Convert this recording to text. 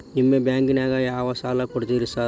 ನಿಮ್ಮ ಬ್ಯಾಂಕಿನಾಗ ಯಾವ್ಯಾವ ಸಾಲ ಕೊಡ್ತೇರಿ ಸಾರ್?